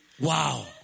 Wow